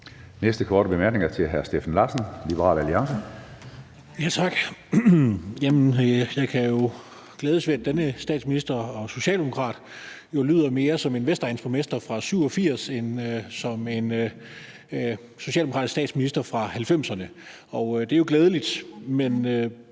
Næste korte bemærkning er til hr. Steffen Larsen, Liberal Alliance. Kl. 09:13 Steffen Larsen (LA): Tak. Jamen jeg kan jo glædes ved, at denne statsminister og socialdemokrat lyder mere som en vestegnsborgmester fra 1987 end som en socialdemokratisk statsminister fra 1990'erne. Og det er jo glædeligt. Men